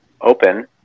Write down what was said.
open